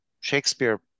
Shakespeare